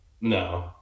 No